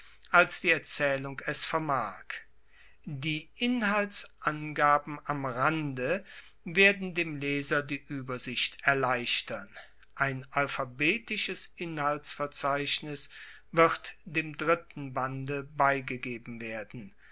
als die erzaehlung es vermag die inhaltsangaben am rande werden dem leser die uebersicht erleichtern ein alphabetisches inhaltsverzeichnis wird dem dritten bande beigegeben werden